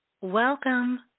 Welcome